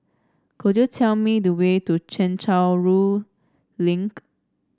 could you tell me the way to Chencharu Link